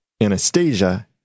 anastasia